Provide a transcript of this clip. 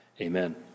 Amen